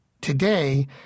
Today